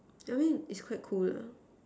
I mean it's quite cool lah